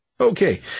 Okay